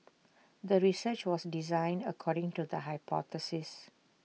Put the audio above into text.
the research was designed according to the hypothesis